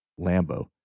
Lambo